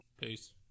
Peace